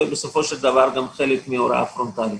ובסופו של דבר גם חלק מהוראה פרונטלית.